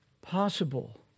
possible